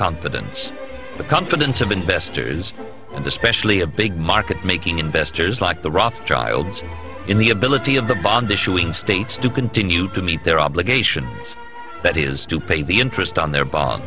confidence the confidence of investors and especially a big market making investors like the rothschilds in the ability of the bond issue in states to continue to meet their obligations that is to pay the interest on their bo